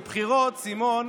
בבחירות, סימון,